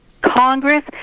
Congress